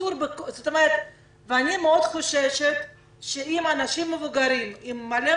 אני חוששת מאוד שאם אנשים מבוגרים עם הרבה